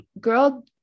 girl